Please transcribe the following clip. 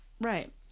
Right